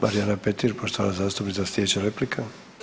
Marijana Petir poštovana zastupnica, slijedeća replika.